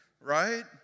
right